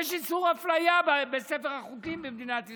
יש איסור אפליה בספר החוקים מדינת ישראל,